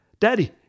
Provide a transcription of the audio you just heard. Daddy